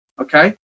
okay